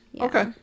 Okay